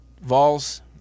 Vols